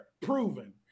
proven